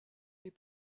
est